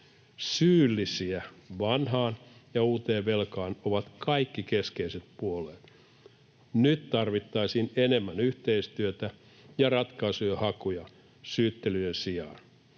Syyllisiä vanhaan ja uuteen velkaan ovat kaikki keskeiset puolueet. Nyt tarvittaisiin enemmän yhteistyötä ja ratkaisujen hakuja syyttelyjen sijaan.